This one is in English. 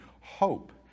hope